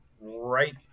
right